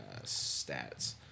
stats